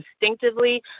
instinctively